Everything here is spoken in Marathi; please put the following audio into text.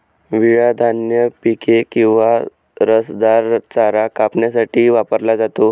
विळा धान्य पिके किंवा रसदार चारा कापण्यासाठी वापरला जातो